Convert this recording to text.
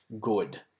good